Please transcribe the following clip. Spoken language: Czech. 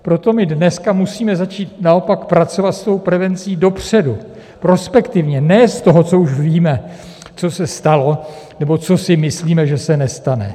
Proto my dneska musíme začít naopak pracovat s prevencí dopředu, prospektivně, ne z toho, co už víme, co se stalo, nebo co si myslíme, že se nestane.